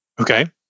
okay